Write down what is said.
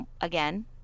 again